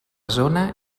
zona